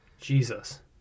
Jesus